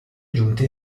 giunte